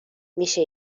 میشه